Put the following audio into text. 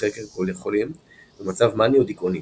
בחקר חולים הנמצאים במצב מאני או דיכאוני.